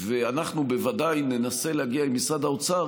אנחנו בוודאי ננסה להגיע עם משרד האוצר